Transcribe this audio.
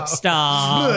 stop